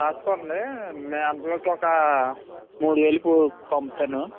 రాస్కోండి మే అంతలోకి ఒక మూడు వేలు పో పంపుతాను